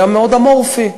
היה מאוד אמורפי.